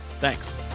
thanks